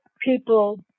people